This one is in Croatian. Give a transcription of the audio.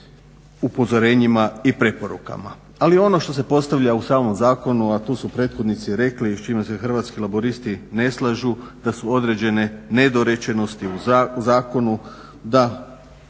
upozorenjima i preporukama. Ali ono što se postavlja u samom zakonu, a tu su prethodnici rekli i s čime se Hrvatski laburisti ne slažu da su određene nedorečenosti u zakonu, da